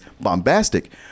bombastic